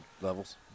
levels